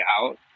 out